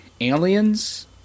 Aliens